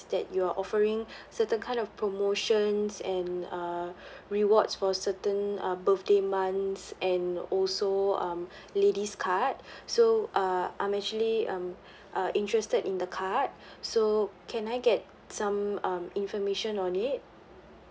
that you're offering certain kind of promotions and uh rewards for certain uh birthday months and also um ladies card so uh I'm actually um uh interested in the card so can I get some um information on it